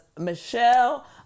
Michelle